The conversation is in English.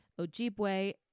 Ojibwe